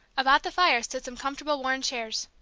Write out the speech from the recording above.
about the fire stood some comfortable worn chairs.